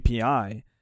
API